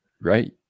right